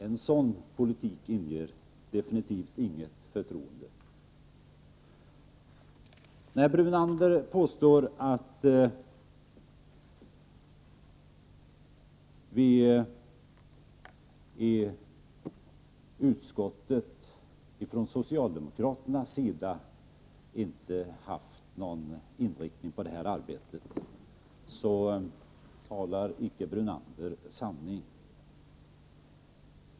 En sådan politik inger definitivt inget förtroende. När Lennart Brunander påstår att vi från socialdemokraternas sida i utskottet inte har haft någon inriktning på arbetet, då talar icke Lennart Brunander sanning.